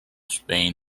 spain